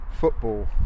football